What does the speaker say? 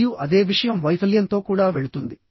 మరియు అదే విషయం వైఫల్యంతో కూడా వెళుతుంది